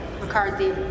McCarthy